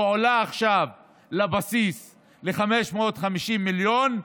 והועלה עכשיו בבסיס ל-550 מיליון,